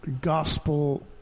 gospel